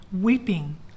weeping